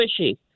squishy